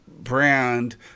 brand